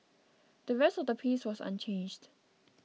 the rest of the piece was unchanged